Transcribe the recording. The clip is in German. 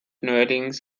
neuerdings